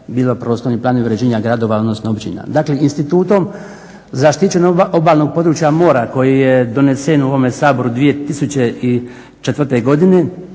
bilo prostorni planovi uređenja gradova, odnosno općina. Dakle, Institutom zaštićenog obalnog područja mora, koji je donesen u ovom Saboru 2004. Godine